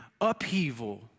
upheaval